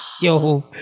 Yo